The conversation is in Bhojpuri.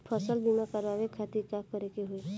फसल बीमा करवाए खातिर का करे के होई?